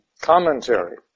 commentary